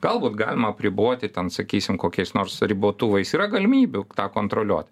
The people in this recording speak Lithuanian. galbūt galima apriboti ten sakysim kokiais nors ribotuvais yra galimybių kontroliuo